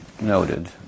noted